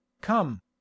come